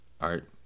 art